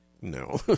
No